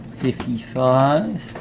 fifty five.